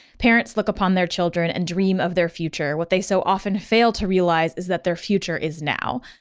parents look upon their children and dream of their future. what they so often fail to realize is that their future is now.